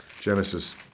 Genesis